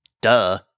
Duh